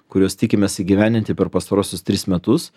kuriuos tikimės įgyvendinti per pastaruosius tris metus